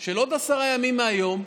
של עוד עשרה ימים מהיום,